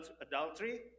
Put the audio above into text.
adultery